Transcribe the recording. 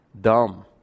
Dumb